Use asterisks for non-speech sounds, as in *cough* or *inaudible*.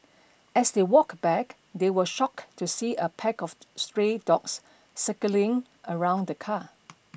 as they walked back they were shocked to see a pack of *hesitation* stray dogs circling around the car